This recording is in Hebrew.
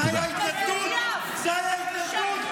תרדו מהם, תורידו את הידיים הפוליטיות מהם.